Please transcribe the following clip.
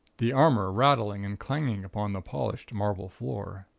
the armor rattling and clanging upon the polished marble floor.